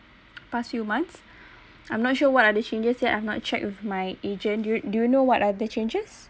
past few months I'm not sure what other changes yet I've not check with my agent do you do know what are the changes